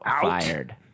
fired